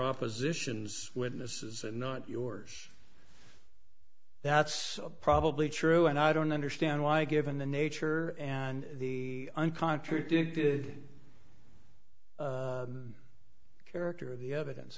opposition's witnesses and not yours that's probably true and i don't understand why given the nature and the and contradicted character of the evidence